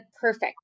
perfect